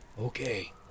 Okay